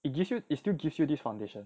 it gives you it still gives you this foundation